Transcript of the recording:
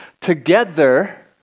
together